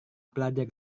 pelajar